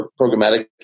programmatic